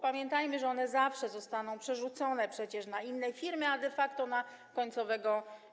Pamiętajmy, że one zawsze zostaną przerzucone przecież na inne firmy, a de facto - na klienta końcowego.